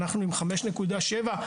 אנחנו עם חמש נקודה שבע,